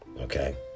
Okay